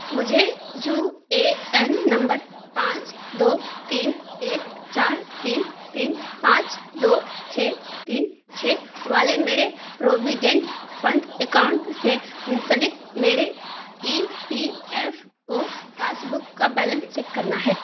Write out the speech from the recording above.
مجھے U A N نمبر پانچ دو تین ایک چار تین تین پانچ دو چھ تین چھ والے میرے پروویڈنٹ فنڈ اکاؤنٹ سے منسلک میرے E P F O passbook کا بیلنس چیک کرنا ہے